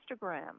Instagram